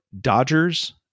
Dodgers